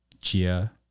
Chia